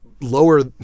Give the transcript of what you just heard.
lower